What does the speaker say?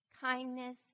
kindness